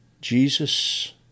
Jesus